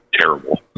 terrible